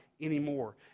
anymore